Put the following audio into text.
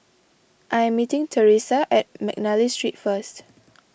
I am meeting Teressa at McNally Street first